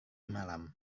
malam